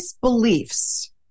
beliefs